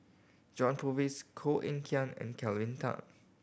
John Purvis Koh Eng Kian and Kelvin Tan